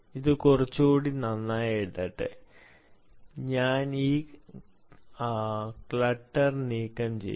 ഇത് കുറച്ചുകൂടി നന്നായി എഴുതട്ടെ ഞാൻ ഈ clutter നീക്കംചെയ്യാം